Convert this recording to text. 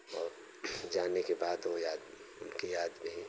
और जाने के बाद ओ याद उनकी याद में ही